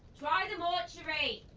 try the mortuary!